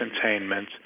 containment